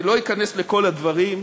אני לא אכנס לכל הדברים,